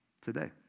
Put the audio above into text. Today